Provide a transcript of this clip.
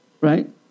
Right